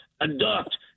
adopt